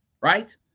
right